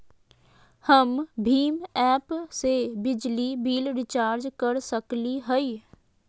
हम भीम ऐप से बिजली बिल रिचार्ज कर सकली हई?